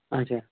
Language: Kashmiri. اچھا